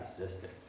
resisted